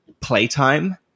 playtime